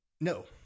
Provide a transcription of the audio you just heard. No